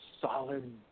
solid